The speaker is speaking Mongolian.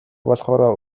болохоороо